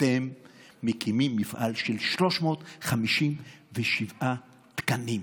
ואתם מקימים מפעל של 357 תקנים.